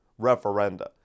referenda